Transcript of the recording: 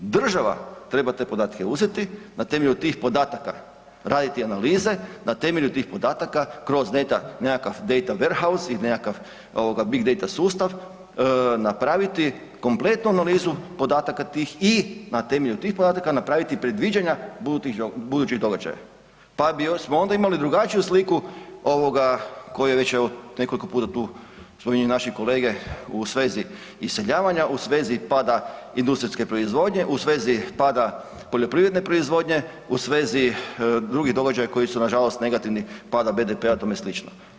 Država treba te podatke uzeti, na temelju tih podataka raditi analize, na temelju tih podataka kroz nekakav date warehouse ili nekakav big date sustav napraviti kompletnu analizu podataka tih i na temelju tih podataka napraviti predviđanja budućih događaja, pa bismo onda imali drugačiju sliku koji već evo nekoliko pute spominju naši kolege u svezi iseljavanja, u svezi pada industrijske proizvodnje, u svezi pada poljoprivredne proizvodnje, u svezi drugih događaja koji su nažalost negativni pada BDP-a i tome slično.